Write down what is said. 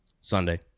Sunday